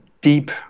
deep